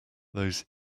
those